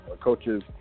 coaches